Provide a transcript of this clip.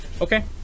okay